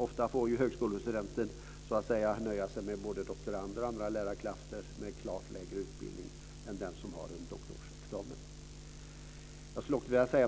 Ofta får ju högskolestudenter så att säga nöja sig med både doktorander och andra lärarkrafter med klart lägre utbildning än den som har en doktorsexamen.